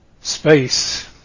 space